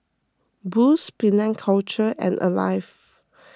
Boost Penang Culture and Alive